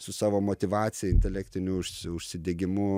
su savo motyvacija intelektiniu užsi užsidegimu